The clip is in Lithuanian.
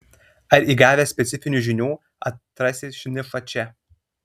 ar įgavęs specifinių žinių atrasi nišą čia